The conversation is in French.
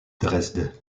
dresde